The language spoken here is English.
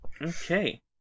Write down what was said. Okay